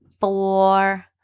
four